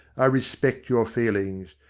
i respect your feelings.